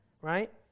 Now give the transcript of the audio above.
right